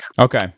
Okay